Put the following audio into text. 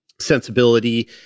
sensibility